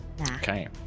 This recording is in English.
Okay